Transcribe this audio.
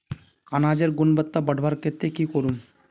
अनाजेर गुणवत्ता बढ़वार केते की करूम?